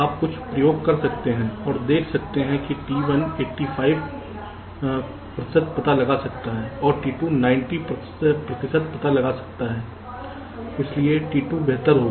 आप कुछ प्रयोग कर सकते हैं और देख सकते हैं कि t1 85 का प्रतिशत पता लगा सकता है और t2 90 प्रतिशत फॉल्ट्स का पता लगा सकता है इसलिए t2 बेहतर होगा